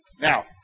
Now